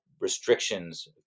restrictions